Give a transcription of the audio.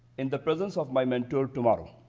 in the presence of my mentor, tomorrow.